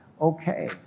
okay